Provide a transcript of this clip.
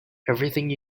everything